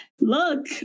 Look